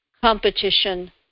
competition